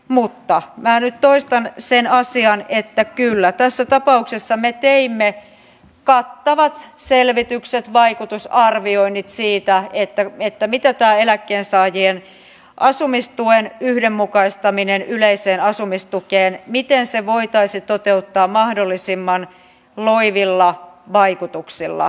mutta minä nyt toistan sen asian että kyllä tässä tapauksessa me teimme kattavat selvitykset vaikutusarvioinnit siitä miten tämä eläkkeensaajien asumistuen yhdenmukaistaminen yleiseen asumistukeen voitaisiin toteuttaa mahdollisimman loivilla vaikutuksilla